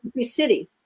city